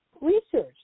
research